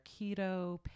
keto